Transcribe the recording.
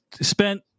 spent